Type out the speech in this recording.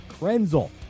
Krenzel